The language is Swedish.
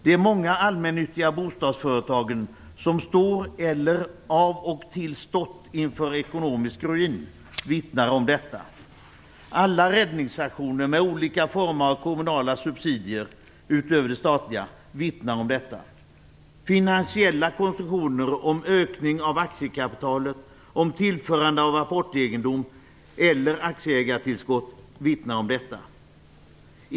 De många allmännyttiga bostadsföretagen som står - eller av och till har stått - inför ekonomisk ruin vittnar om detta. Alla räddningsaktioner med olika former av kommunala subsidier - utöver de statliga - vittnar om detta. Finansiella konstruktioner, såsom ökning av aktiekapitalet och tillförande av apportegendom eller aktieägartillskott, vittnar om detta.